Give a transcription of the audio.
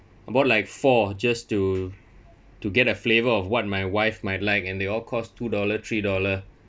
I bought like four just to to get a flavor of what my wife might like and they all cost two dollar three dollar